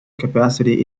capacity